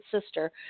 Sister